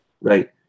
right